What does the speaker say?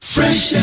Fresh